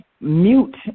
mute